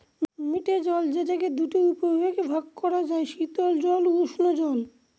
মিঠে জল যেটাকে দুটা উপবিভাগে ভাগ করা যায়, শীতল জল ও উষ্ঞজল